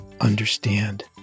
understand